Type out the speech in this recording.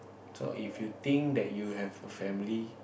so if you think that you have a family